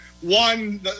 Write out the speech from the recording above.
one